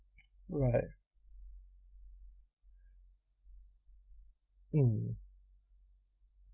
alright mm